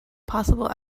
possible